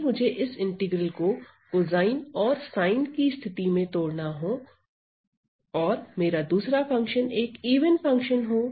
यदि मुझे इस इंटीग्रल को कोसाइन और साइन की स्थिति में तोड़ना हो और मेरा दूसरा फंक्शन एक इवन फंक्शन हो